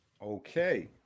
Okay